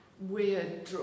weird